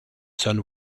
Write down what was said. sun